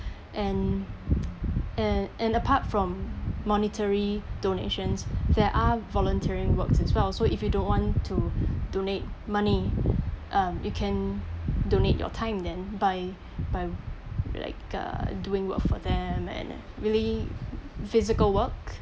and and and apart from monetary donations there are volunteering works as well so if you don't want to donate money um you can donate your time then by by like uh doing work for them and really physical work